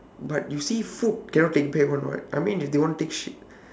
but you see food cannot take back one [what] I mean they won't take shit